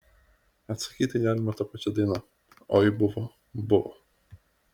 atsakyti galima ta pačia daina oi buvo buvo